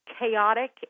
chaotic